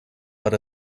but